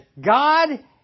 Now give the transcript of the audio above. God